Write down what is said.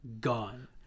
Gone